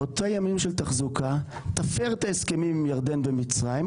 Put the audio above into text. באותם ימים של תחזוקה תפר את ההסכמים עם ירדן ומצרים,